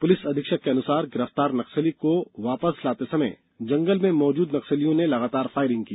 police अधीक्षक के अनुसार गिरफतार नक्सली को वापस लाते समय जंगल में मौजूद नक्सलियों ने लगातार फायरिंग की